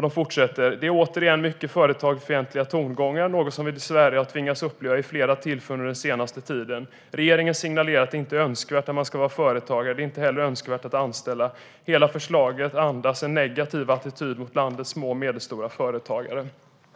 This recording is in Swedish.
De fortsätter: Det är återigen mycket företagsfientliga tongångar, något som vi dessvärre har tvingats uppleva vid flera tillfällen under den senaste tiden. Regeringen signalerar att det inte är önskvärt att man ska vara företagare. Det är inte heller önskvärt att anställa. Hela förslaget andas en negativ attityd mot landets små och medelstora företagare.